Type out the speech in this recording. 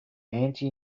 anti